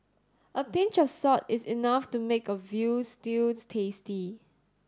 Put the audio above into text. a pinch of salt is enough to make a veal stews tasty